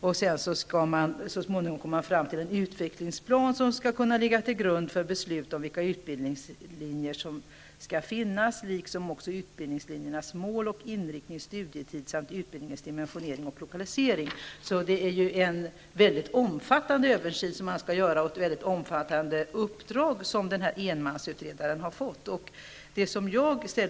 Så småningom skall man komma fram till en utvecklingsplan som skall kunna ligga till grund för beslut om vilka utbildningslinjer som skall finnas liksom utbildningslinjernas mål, inriktning, studietid samt utbildningens dimensionering och lokalisering. Man skall således göra en mycket omfattande översyn, och enmansutredarna har fått ett mycket omfattande uppdrag.